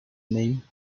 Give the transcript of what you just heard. name